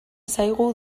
zaigu